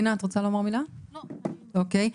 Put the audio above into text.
גברתי,